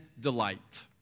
delight